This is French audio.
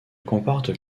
comporte